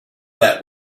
that